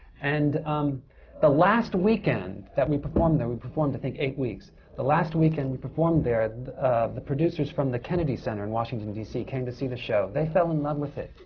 and um the last weekend that we performed there we performed, i think, eight weeks the last weekend we performed there, the producers from the kennedy center in washington d c. came to see the show. they fell in love with it,